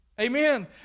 Amen